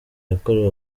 yakorewe